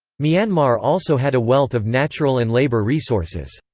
myanmar also had a wealth of natural and labour resources.